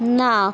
না